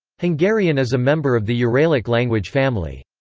hungarian is a member of the uralic language family.